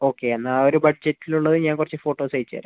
okay എന്നാൽ ഒരു ബഡ്ജറ്റിലുള്ളത് ഞാൻ കുറച്ച് ഫോട്ടോസ് അയച്ചുതരാം